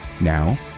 Now